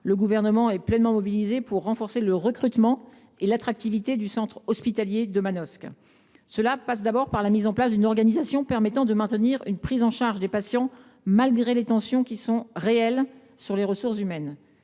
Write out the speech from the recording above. le Gouvernement est pleinement mobilisé pour renforcer le recrutement et l’attractivité du centre hospitalier de Manosque. Cela passe d’abord par la mise en place d’une organisation permettant de maintenir une prise en charge des patients malgré les tensions qui sont réelles sur les ressources humaines.